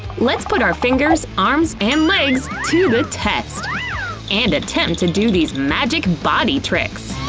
let's put our fingers, arms and legs to the test and attempt to do these magic body tricks!